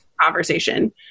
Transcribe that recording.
conversation